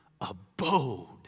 abode